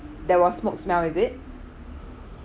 there was smoke smell is it